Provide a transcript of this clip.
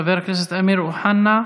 חבר הכנסת אמיר אוחנה,